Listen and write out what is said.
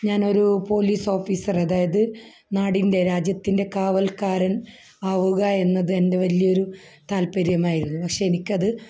ഞാൻ ഒരു പോലീസ് ഓഫീസറെ അതായത് നാടിൻ്റെ രാജ്യത്തിൻ്റെ കാവൽക്കാരൻ ആവുക എന്നത് എൻ്റെ വലിയ ഒരു താല്പര്യമായിരുന്നു പക്ഷെ എനിക്ക് അത്